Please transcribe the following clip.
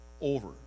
over